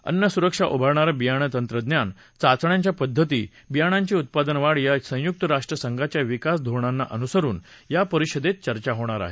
अन्न सुरक्षा उभरणारं बियाणं तंत्रज्ञान चाचण्यांच्या पध्दती बियाणांची उत्पादन वाढ या संयुक्त राष्ट्र संघाच्या विकास धोरणांना अनुसरून या परिषदेत चर्चा होणार आहे